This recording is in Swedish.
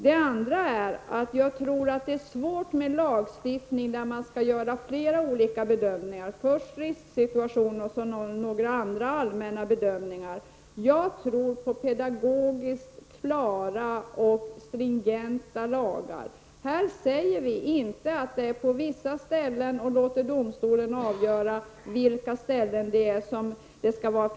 Den andra saken är att det enligt min mening är svårt med en lagstiftning där hänsyn skall tas till flera olika bedömningar, bl.a. bedömningar av risksituationen. Jag tror på pedagogiskt klara och stringenta lagar. Vi säger inte att knivförbud skall gälla på vissa ställen, varpå vi överlåter åt domstolen att avgöra vilka ställen det skall vara.